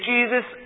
Jesus